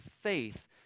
faith